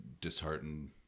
disheartened